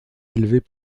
élevées